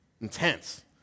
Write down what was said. intense